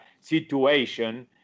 situation